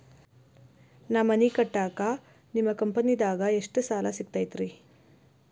ನಾ ಮನಿ ಕಟ್ಟಾಕ ನಿಮ್ಮ ಕಂಪನಿದಾಗ ಎಷ್ಟ ಸಾಲ ಸಿಗತೈತ್ರಿ?